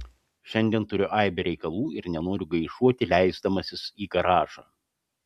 šiandien turiu aibę reikalų ir nenoriu gaišuoti leisdamasi į garažą